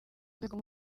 rwego